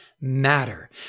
matter